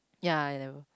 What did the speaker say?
ya I never